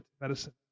medicine